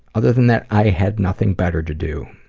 other than that i had nothing better to do.